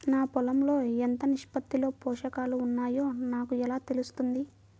నా పొలం లో ఎంత నిష్పత్తిలో పోషకాలు వున్నాయో నాకు ఎలా తెలుస్తుంది?